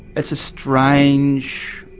it's a strange,